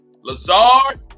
Lazard